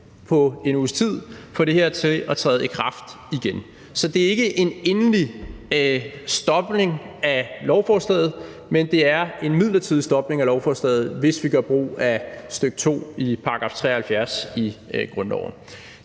på en uges tid få det her til at træde i kraft igen. Så det er ikke en endelig standsning af lovforslaget, men det er en midlertidig standsning af forslaget, hvis vi gør brug af stk. 2 i § 73 i grundloven.